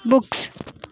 books